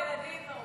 בלדינו.